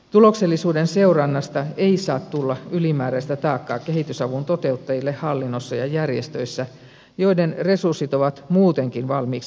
tuloksellisuuden seurannasta ei saa tulla ylimääräistä taakkaa kehitysavun toteuttajille hallinnossa ja järjestöissä joiden resurssit ovat muutenkin valmiiksi pienet